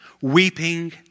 Weeping